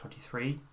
23